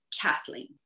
Kathleen